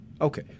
Okay